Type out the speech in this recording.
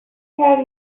tell